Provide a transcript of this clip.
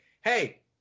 hey